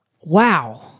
wow